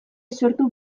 sortu